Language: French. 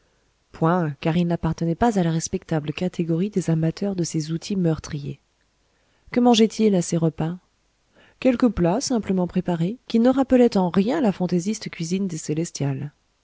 point car il n'appartenait pas à la respectable catégorie des amateurs de ces outils meurtriers que mangeait-il à ses repas quelques plats simplement préparés qui ne rappelaient en rien la fantaisiste cuisine des célestials